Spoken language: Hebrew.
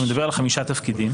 שהוא מדבר על חמישה תפקידים.